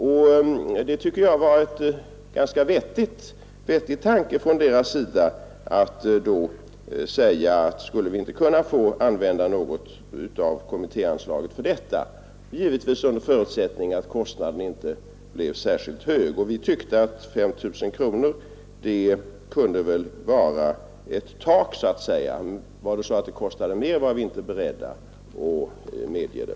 Jag tycker att det var en ganska vettig tanke från utredningsledamöternas sida att be att få använda något av kommittéanslaget för det ändamålet, givetvis under förutsättning att kostnaden inte blev särskilt hög. Vi tyckte att 5 000 kronor kunde vara ett tak; om det kostade mer var vi inte beredda att medge det.